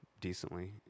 decently